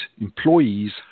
employees